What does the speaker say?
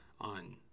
on